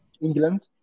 England